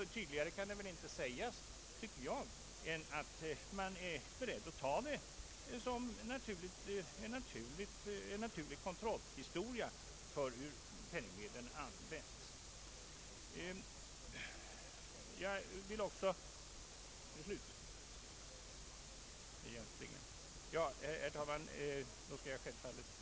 Tydligare kan det väl inte sägas, tycker jag, att man är beredd att ta det såsom en naturlig kontroll av hur penningmedlen används.